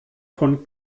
von